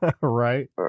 Right